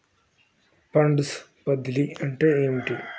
Funds బదిలీ అంటే ఏమిటి?